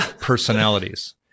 personalities